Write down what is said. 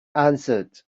answered